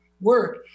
work